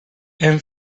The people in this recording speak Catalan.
hem